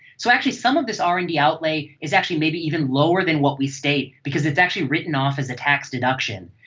so actually some of this r and d outlay is actually maybe even lower than what we state because it's actually written off as a tax deduction,